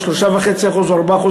3.5% או 4%,